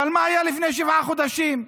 אבל מה היה לפני שבעה חודשים?